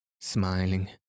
smiling